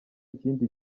ikindi